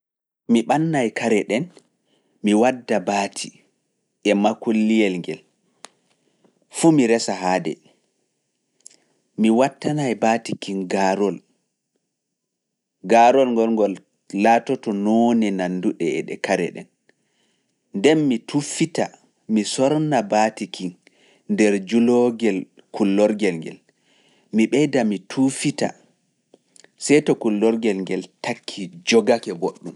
Mi ɓannaay kare ɗen, mi wadda baati e makulliyel ngel, fuu mi resa haade, mi wattanaay baati mi tuufita, seeto kullorgel ngel takki jogake woɗɗum.